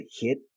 hit